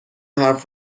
حرف